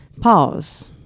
Pause